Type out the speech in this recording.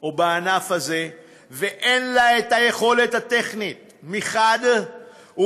או בענף הזה ואין לה יכולת הטכנית מחד גיסא,